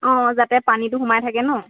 অঁ যাতে পানীটো সোমাই থাকে ন